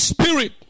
Spirit